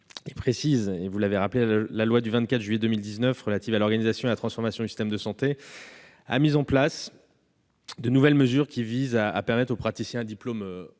précise. Vous l'avez rappelé, la loi du 24 juillet 2019 relative à l'organisation et à la transformation du système de santé a mis en place de nouvelles mesures visant à permettre aux praticiens à diplôme